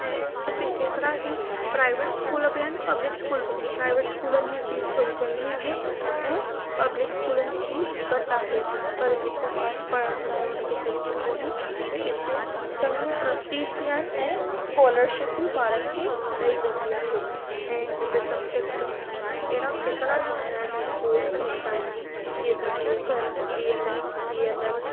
ऐ हिते केतरा ई प्राइवेट स्कूल बि आहिनि पब्लिक स्कूल बि आहिनि प्राइवेट स्कूलनि जी फीस थोरी चङी आहे ऐं पब्लिक स्कूलनि जी फीस घटि आहे पर जेको ॿारु पढ़णु चाहे हुन खे पैसो कोने त हिते चङियूं ट्रस्टीस बि आहिनि ऐं स्कॉलरशिप बि ॿारनि खें ॾेई वेंदी आहे ऐं हिते सबजेक्ट ऐं अहिड़ा केतरा ई नया नया कोर्स निकिता आहिनि जीअं त B F M B M S B M M